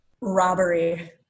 Robbery